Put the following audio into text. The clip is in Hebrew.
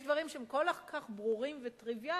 דברים שהם כל כך ברורים וטריוויאליים,